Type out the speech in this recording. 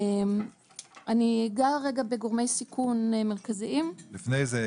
אני אגע רגע בגורמי סיכון מרכזיים --- לפני זה,